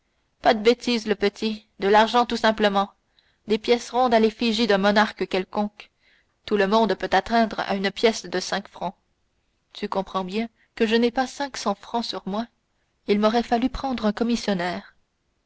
pas de bêtises le petit de l'argent tout simplement des pièces rondes à l'effigie d'un monarque quelconque tout le monde peut atteindre à une pièce de cinq francs tu comprends bien que je n'ai pas cinq cents francs sur moi il m'aurait fallu prendre un commissionnaire